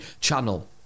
channel